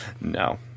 No